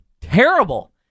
terrible